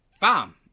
farm